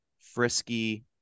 frisky